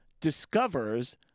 discovers